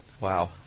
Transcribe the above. Wow